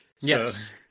Yes